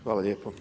Hvala lijepo.